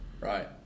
right